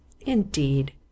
Indeed